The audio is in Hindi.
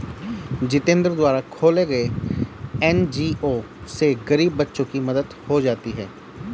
जितेंद्र द्वारा खोले गये एन.जी.ओ से गरीब बच्चों की मदद हो जाती है